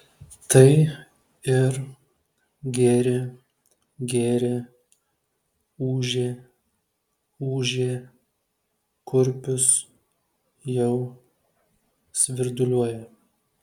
tai ir gėrė gėrė ūžė ūžė kurpius jau svirduliuoja